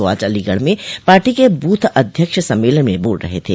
वह आज अलीगढ़ में पार्टी के बूथ अध्यक्ष सम्मेलन में बोल रहे थे